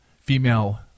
Female